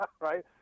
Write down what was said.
right